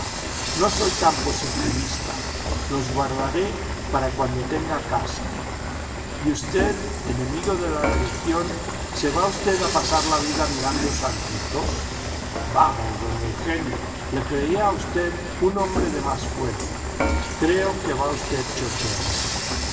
no soy tan positivista los guardaré para cuando tenga casa y usted enemigo de la religión se va usted a pasar la vida mirando santitos vamos don eugenio le creía a usted un hombre de más fuerza creo que va usted chocheando